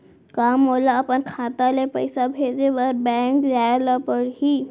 का मोला अपन खाता ले पइसा भेजे बर बैंक जाय ल परही?